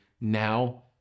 now